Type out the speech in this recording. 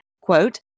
quote